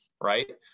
right